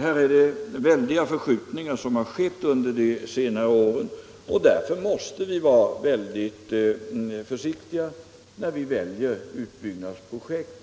Här har skett väldiga förskjutningar under de senare åren, och därför måste vi vara mycket försiktiga när vi väljer utbyggnadsprojekt